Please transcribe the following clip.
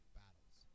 battles